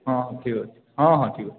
ହଁ ଠିକ୍ ଅଛେ ହଁ ହଁ ଠିକ୍ ଅଛେ